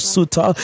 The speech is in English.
Suta